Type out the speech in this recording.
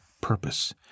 purpose